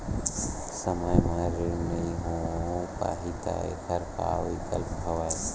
समय म ऋण नइ हो पाहि त एखर का विकल्प हवय?